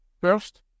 First